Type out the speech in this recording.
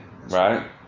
Right